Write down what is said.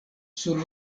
sur